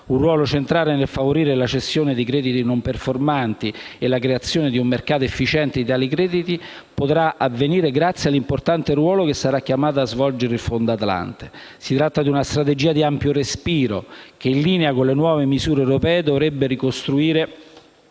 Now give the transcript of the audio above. un ruolo centrale nel favorire la cessione dei crediti non performanti e la creazione di un mercato efficiente di tali crediti, che potrà avvenire grazie all'importante ruolo che sarà chiamato a svolgere il Fondo Atlante. Si tratta di una strategia di ampio respiro che, in linea con le nuove misure europee, dovrebbe ricostruire